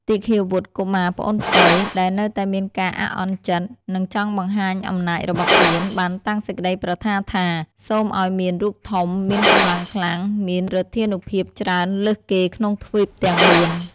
ទីឃាវុត្ត កុមារ (ប្អូនពៅ) ដែលនៅតែមានការអាក់អន់ចិត្ត និងចង់បង្ហាញអំណាចរបស់ខ្លួន បានតាំងសេចក្តីប្រាថ្នាថា "សូមឱ្យមានរូបធំ មានកម្លាំងខ្លាំង មានឫទ្ធានុភាពច្រើនលើសគេក្នុងទ្វីបទាំង ៤។